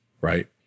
right